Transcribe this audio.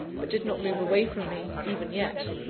but did not move away from me, even yet.